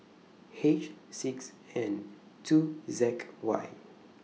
H six N two Z Y